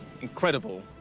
incredible